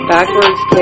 Backwards